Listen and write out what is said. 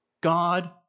God